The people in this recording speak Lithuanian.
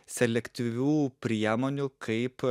selektyvių priemonių kaip